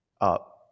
up